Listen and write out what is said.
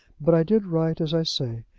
but i did write as i say,